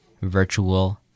Virtual